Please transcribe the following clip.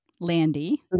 Landy